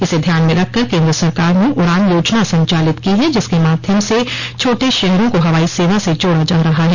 इसे ध्यान में रखकर केन्द्र सरकार ने उड़ान योजना संचालित की है जिसके माध्यम से छोटे शहरों को हवाई सेवा से जोड़ा जा रहा है